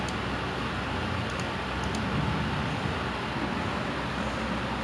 anyways I don't know what to get for for my auntie for her birthday